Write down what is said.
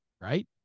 right